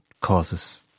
causes